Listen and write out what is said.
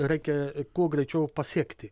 reikia kuo greičiau pasiekti